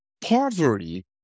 poverty